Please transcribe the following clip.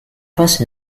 first